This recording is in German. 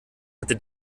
hatte